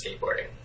skateboarding